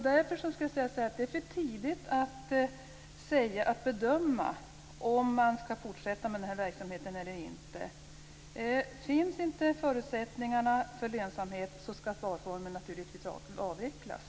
Därför är det för tidigt att bedöma om verksamheten skall fortsätta eller inte. Finns inte förutsättningarna för lönsamhet skall sparformen naturligtvis avvecklas.